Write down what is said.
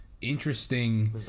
interesting